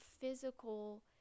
physical